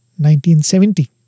1970